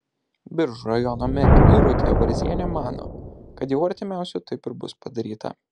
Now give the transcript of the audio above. biržų rajono merė irutė varzienė mano kad jau artimiausiu taip ir bus padaryta